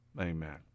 Amen